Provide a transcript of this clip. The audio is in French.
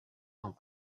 dans